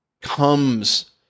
comes